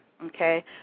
Okay